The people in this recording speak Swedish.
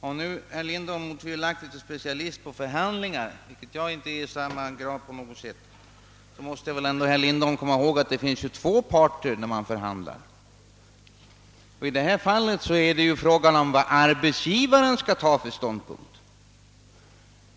Om nu herr Lindholm otvivelaktigt är specialist på förhandlingar, vilket jag inte är, måste väl ändå herr Lindholm komma ihåg att det finns två parter när man förhandlar. Och i detta fall är det fråga om vilken ståndpunkt arbetsgivaren skall ta.